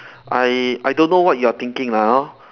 I I don't know what you are thinking lah hor